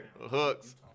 Hooks